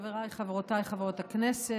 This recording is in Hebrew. חבריי וחברותיי חברות הכנסת,